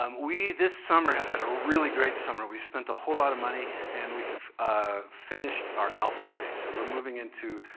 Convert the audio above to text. um we, this summer, have had a really great summer. we spent a whole lot of money and we have ah finished our alpha stage. so we're moving into